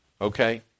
Okay